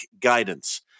Guidance